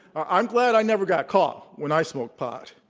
i'm glad i never got caught when i smoked pot,